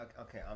okay